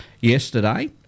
yesterday